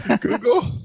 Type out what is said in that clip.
Google